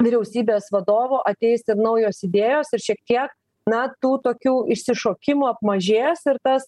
vyriausybės vadovu ateis ir naujos idėjos ir šiek tiek na tų tokių išsišokimų apmažės ir tas